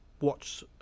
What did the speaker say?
watch